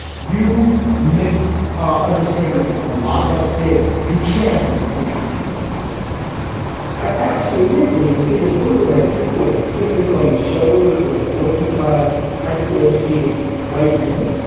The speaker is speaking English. you miss ah understood. and i think a lot of us did the chances of him actually becoming president absolutely. and see, the thing is that people are putting this on the shoulders of working class, high school educated white men.